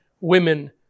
women